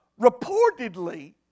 reportedly